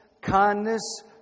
kindness